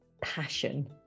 passion